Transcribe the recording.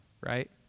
right